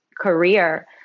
career